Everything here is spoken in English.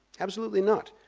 absolutely not.